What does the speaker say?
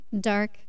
dark